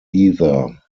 either